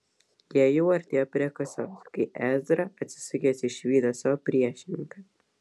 jie jau artėjo prie kasos kai ezra atsisukęs išvydo savo priešininką